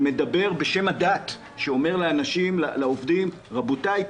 שמדבר בשם הדת ואומר לעובדים: רבותי,